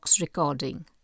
recording